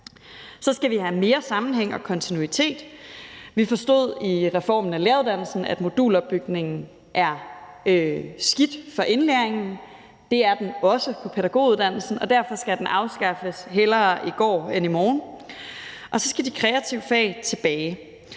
det tredje have mere sammenhæng og kontinuitet. Vi forstod i reformen af læreruddannelsen, at modulopbygningen er skidt for indlæringen. Det er den også på pædagoguddannelsen, og derfor skal den afskaffes, hellere i dag end i morgen. For det fjerde skal de kreative fag tilbage.